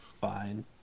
fine